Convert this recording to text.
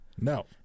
No